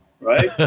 right